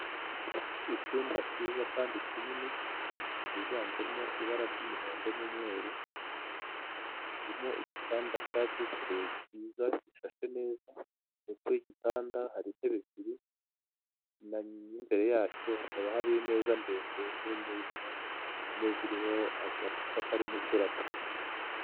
Icyumba cyiza kandi kinini kiganjemo ibara ry'umuhondo n'umweru, harimo igitanda cya dubure cyiza gishashe neza, ndetse igitanda hari intebe ebyiri n'imbere yacyo hakaba hari imeza ndende nini ziriho agacupa kari...